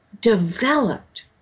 developed